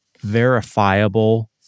verifiable